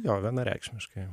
jo vienareikšmiškai